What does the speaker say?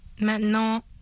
Maintenant